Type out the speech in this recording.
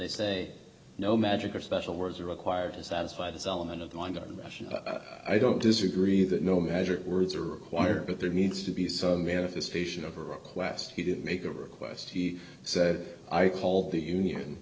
they say no magic or special words are required to satisfy this element of the mind i don't disagree that no measured words are required but there needs to be some manifestation of a request he didn't make a request he said i called the union